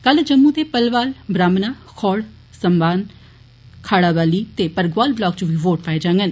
कल जम्मू दे भलवाल ब्राहमणा खौड सम्बान खाडाबाली ते परगवाल ब्लाक च बी वोट पाए जांगन